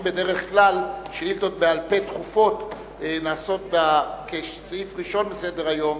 שאילתות בעל-פה דחופות הן סעיף ראשון בסדר-היום.